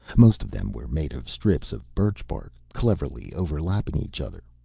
most of them were made of strips of birch-bark, cleverly overlapping each other,